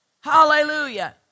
hallelujah